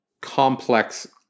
complex